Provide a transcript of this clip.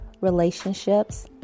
relationships